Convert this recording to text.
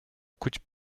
coupe